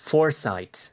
Foresight